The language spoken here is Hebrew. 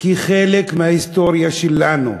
כחלק מההיסטוריה שלנו.